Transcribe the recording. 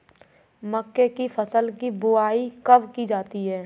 मक्के की फसल की बुआई कब की जाती है?